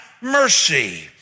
mercy